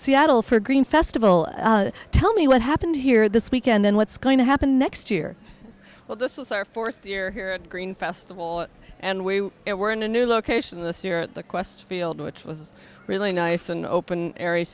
seattle for green festival tell me what happened here this weekend then what's going to happen next year well this is our fourth year here green festival and we were in a new location this year quest field which was really nice an open area